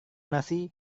nasi